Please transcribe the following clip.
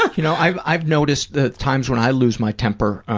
like you know i've i've noticed the times when i lose my temper,